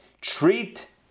Treat